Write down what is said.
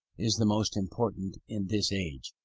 is the most important in this age,